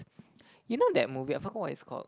you know that movie I forgot what it's called